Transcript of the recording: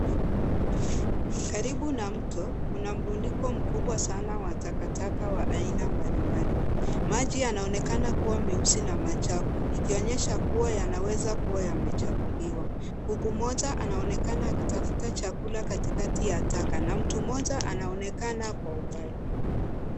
Karibu na mto, kuna mrundiko mkubwa sana wa takataka wa aina mbalimbali. Maji yanaonekana kuwa meusi na machafu, ikionyesha kuwa yanaweza kuwa yamechafuliwa. Kuku mmoja anaonekana akitafuta chakula katikati ya taka, na mtu mmoja anaonekana kwa mbali.